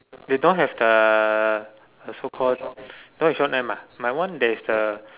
they don't have the the so called don't have Shawn M ah mine there is a